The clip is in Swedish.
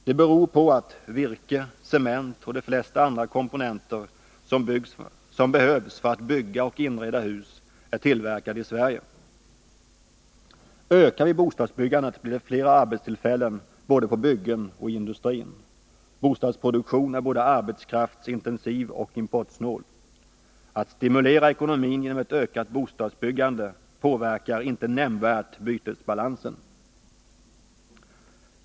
Det beror på att virke, cement och de flesta andra komponenter som behövs för att bygga och inreda hus är tillverkade i Sverige. Ökar vi bostadsbyggandet blir det flera arbetstillfällen både på byggen och i industrin. Bostadsproduktion är både arbetskraftsintensiv och importsnål. Att stimulera ekonomin genom ett ökat bostadsbyggande påverkar inte nämnvärt bytesbalansen.